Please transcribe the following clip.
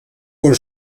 con